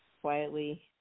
quietly